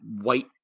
white